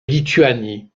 lituanie